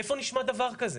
איפה נשמע דבר כזה?